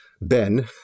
Ben